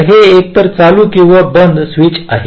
तर ते एकतर चालू किंवा बंद स्विच आहे